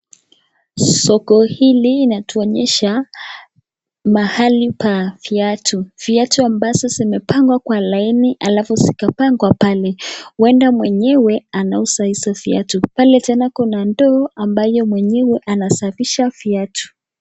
Soko hili inatuonyesha mahali pa viatu, viatu ambazo zimepangwa kwa laini alafu zikapangwa pale huenda mwenyewe anauza hizo viatu, pale tena kuna ndoo ambayo mwenyewe anasafisha viatu.